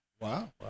Wow